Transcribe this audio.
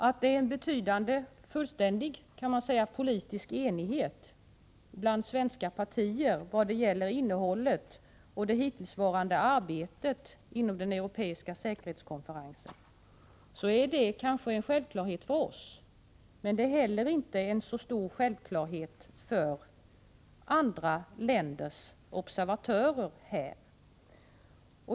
Att det råder en betydande — fullständig kan man säga — enighet mellan svenska partier om innehållet i och det hittillsvarande arbetet inom den europeiska säkerhetskonferensen är kanske en självklarhet för oss, men det är inte en självklarhet för andra länders observatörer.